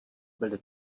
byli